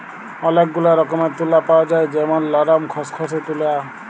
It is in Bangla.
ওলেক গুলা রকমের তুলা পাওয়া যায় যেমল লরম, খসখসে তুলা